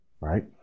right